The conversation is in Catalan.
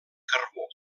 carbó